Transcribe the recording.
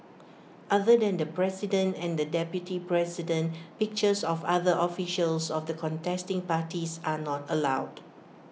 other than the president and the deputy president pictures of other officials of the contesting parties are not allowed